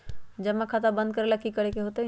जमा खाता बंद करे ला की करे के होएत?